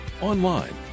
online